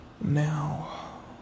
Now